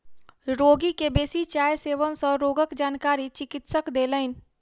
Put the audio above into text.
रोगी के बेसी चाय सेवन सँ रोगक जानकारी चिकित्सक देलैन